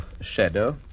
Shadow